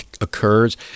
occurs